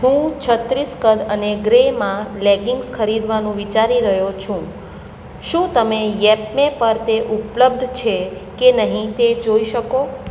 હું છત્રીસ કદ અને ગ્રે માં લેગિંગ્સ ખરીદવાનું વિચારી રહ્યો છું શું તમે યેપમે પર તે ઉપલબ્ધ છે કે નહીં તે જોઈ શકો